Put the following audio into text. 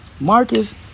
Marcus